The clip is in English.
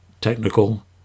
technical